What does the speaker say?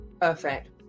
Perfect